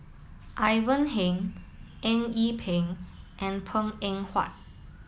Ivan Heng Eng Yee Peng and Png Eng Huat